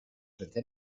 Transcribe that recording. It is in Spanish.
vencer